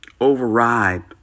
override